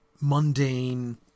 mundane